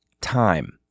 time